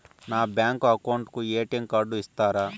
నా bank account కు ATM card ఇస్తారా